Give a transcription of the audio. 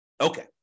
Okay